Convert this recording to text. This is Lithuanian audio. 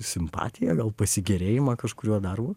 simpatiją gal pasigėrėjimą kažkuriuo darbu